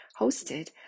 hosted